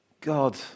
God